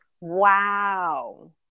Wow